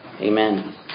Amen